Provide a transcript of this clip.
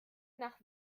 nach